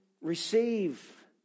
receive